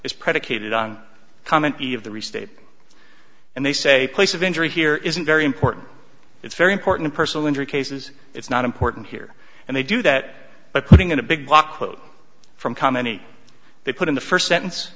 is predicated on common eve the restated and they say place of injury here isn't very important it's very important personal injury cases it's not important here and they do that but putting in a big block quote from ca many they put in the first sentence